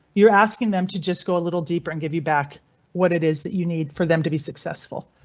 you're asking them to just go a little deeper and give you back what it is that you need for them to be successful.